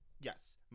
Yes